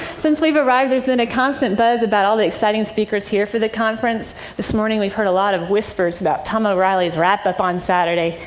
since we've arrived, there's been a constant buzz about all the exciting speakers here for the conference. this morning we've heard a lot of whispers about tom o'reilly's wrap-up on saturday.